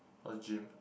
a gym